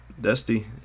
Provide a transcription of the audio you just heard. Dusty